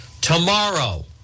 tomorrow